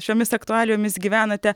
šiomis aktualijomis gyvenate